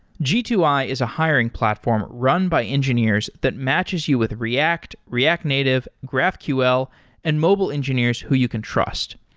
g two i is a hiring platform run by engineers that matches you with react, react native, graphql and mobile engineers who you can trust.